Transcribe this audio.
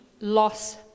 loss